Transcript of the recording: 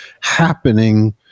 happening